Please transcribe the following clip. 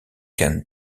kent